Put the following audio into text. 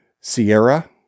Sierra